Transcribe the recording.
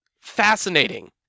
fascinating